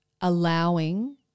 allowing